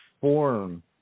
form